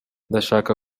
ndashaka